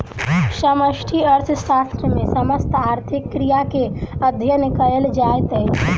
समष्टि अर्थशास्त्र मे समस्त आर्थिक क्रिया के अध्ययन कयल जाइत अछि